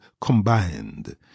combined